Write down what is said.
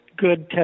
good